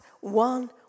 one